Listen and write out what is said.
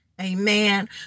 Amen